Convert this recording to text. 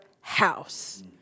house